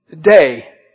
day